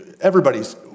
Everybody's